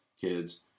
kids